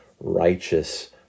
righteous